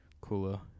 cooler